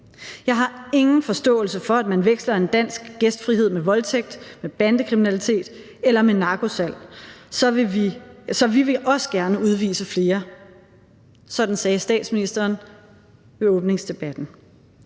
Jeg har ingen forståelse for, at man veksler en dansk gæstfrihed med voldtægt, med bandekriminalitet eller med narkosalg. Så vi vil også gerne udvise flere. Sådan sagde statsministeren ved åbningsdebatten.